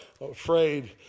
afraid